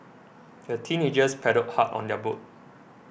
the teenagers paddled hard on their boat